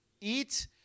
eat